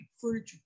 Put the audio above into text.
furniture